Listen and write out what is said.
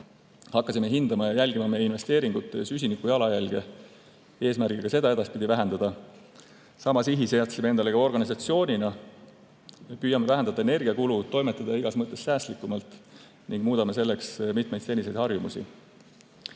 Hakkasime hindama ja jälgima meie investeeringute süsinikujalajälge eesmärgiga seda edaspidi vähendada. Sama sihi seadsime endale ka organisatsioonina. Me püüame vähendada energiakulu, toimetada igas mõttes säästlikumalt ning muudame selleks mitmeid seniseid harjumusi.